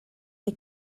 des